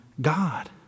God